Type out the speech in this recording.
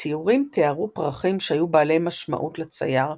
הציורים תיארו פרחים שהיו בעלי משמעות לצייר,